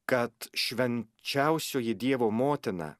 kad švenčiausioji dievo motina